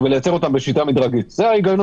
אלה ההגיונות